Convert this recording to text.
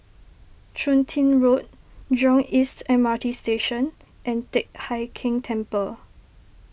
Chun Tin Road Jurong East M R T Station and Teck Hai Keng Temple